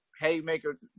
haymaker